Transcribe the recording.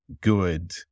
good